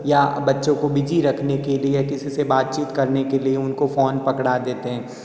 या बच्चों को बिजी रखने के लिए या किसी से बातचीत करने के लिऐ उनको फोन पकड़ा देते हैं